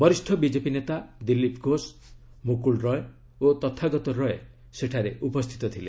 ବରିଷ୍ଣ ବିଜେପି ନେତା ଦିଲ୍ଲୀପ ଘୋଷ ମୁକୁଲ ରଏ ଓ ତଥାଗତ ରଏ ସେଠାରେ ଉପସ୍ଥିତ ଥିଲେ